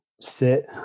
sit